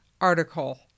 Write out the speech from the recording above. article